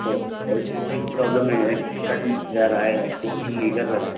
تو A C میں بھی پرابلم ہے کٹ ہوا جا رہا ہے کولنگ نہیں کر رہا ہے